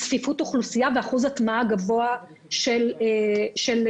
צפיפות אוכלוסייה ואחוז הטמעה גבוהים של טלפונים.